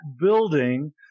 building